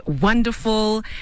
wonderful